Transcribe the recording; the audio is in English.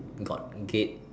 got gate